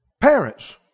Parents